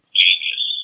genius